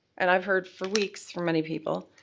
and i've heard for weeks from many people,